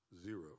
Zero